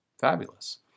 Fabulous